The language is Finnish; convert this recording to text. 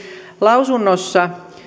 lausunnossa